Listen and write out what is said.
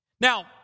Now